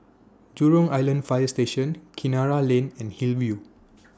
Jurong Island Fire Station Kinara Lane and Hillview